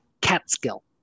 Catskill